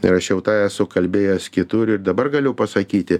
ir aš jau tą esu kalbėjęs kitur ir dabar galiu pasakyti